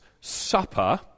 Supper